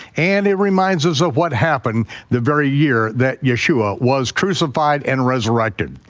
and it reminds us of what happened the very year that yeshua was crucified and resurrected.